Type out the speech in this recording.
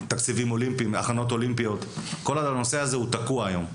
לתקציבים אולימפיים, כל הנושא הזה הוא תקוע היום.